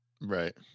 Right